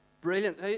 Brilliant